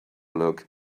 look